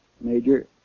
Major